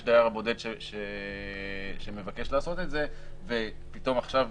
דייר בודד שמבקש לעשות את זה ופתאום עכשיו